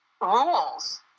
rules